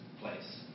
place